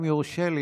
אם יורשה לי,